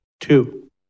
two